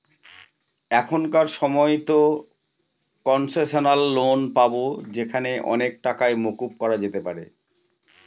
এখনকার সময়তো concessional loan পাবো যেখানে অনেক টাকাই মকুব করা যেতে পারে